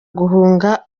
guhunga